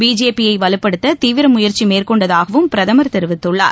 பிஜேபியை வலுப்படுத்த தீவிர முயற்சி மேற்கொண்டதாகவும் பிரதமர் தெரிவித்துள்ளார்